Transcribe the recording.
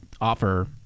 offer